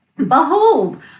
behold